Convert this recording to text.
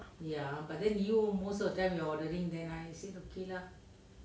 ya but then you most of the time you ordering then I said okay lah